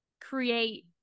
create